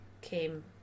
came